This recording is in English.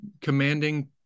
commanding